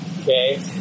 Okay